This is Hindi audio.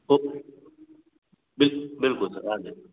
ओके बिल बिल्कुल सर आ जाइए